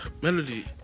Melody